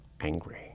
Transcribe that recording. angry